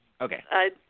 Okay